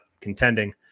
contending